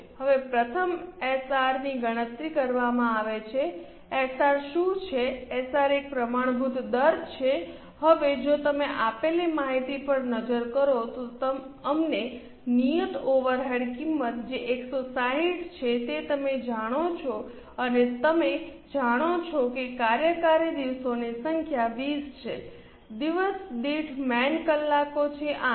હવે પ્રથમ એસઆરની ગણતરી કરવામાં આવે છે કે એસઆર શું છે એસઆર એક પ્રમાણભૂત દર છે હવે જો તમે આપેલી માહિતી પર નજર કરો તો અમને નિયત ઓવરહેડ કિંમત જે 160 છે તે તમે જાણો છો અને તમે જાણો છો કે કાર્યકારી દિવસોની સંખ્યા 20 છે દિવસ દીઠ મેન કલાકો છે 8